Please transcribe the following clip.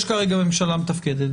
יש כרגע ממשלה מתפקדת.